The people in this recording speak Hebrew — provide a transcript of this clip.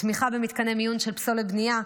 תמיכה במתקני מיון של פסולת בנייה,